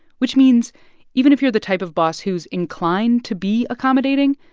which means even if you're the type of boss who's inclined to be accommodating,